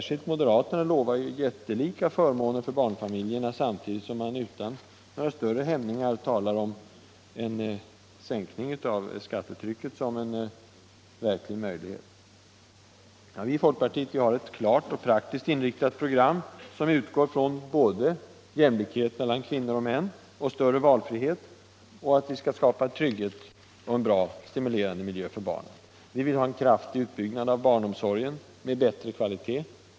Särskilt moderaterna lovar ju jättelika förmåner för barnfamiljerna — samtidigt som man utan större hämningar talar om en sänkning av skattetrycket som en verklig möjlighet. Vi i folkpartiet har ett klart och praktiskt inriktat program, som syftar till jämlikhet mellan kvinnor och män, större valfrihet och en trygg och stimulerande miljö för barnen. Vi vill ha en kraftig utbyggnad av barnomsorgen — med bättre kvalitet.